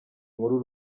nkuru